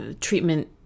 treatment